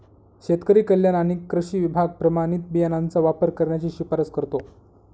शेतकरी कल्याण आणि कृषी विभाग प्रमाणित बियाणांचा वापर करण्याची शिफारस करतो